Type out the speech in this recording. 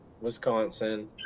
Wisconsin